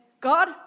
God